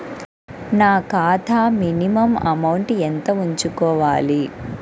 నా ఖాతా minimum amount ఎంత ఉంచుకోవాలి?